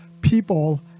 people